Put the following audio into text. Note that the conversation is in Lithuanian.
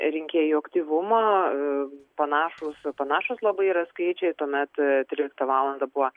rinkėjų aktyvumą panašūs panašūs labai yra skaičiai tuomet tryliktą valandą buvo